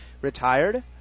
retired